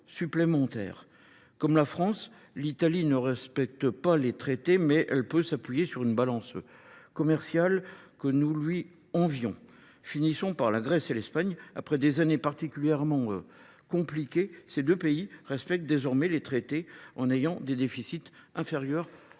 Comme la France, l'Italie ne respecte pas les traités mais elle peut s'appuyer sur une balance commerciale que nous lui envions. Finissons par la Grèce et l'Espagne. Après des années particulièrement compliquées, ces deux pays respectent désormais les traités en ayant des déficits inférieurs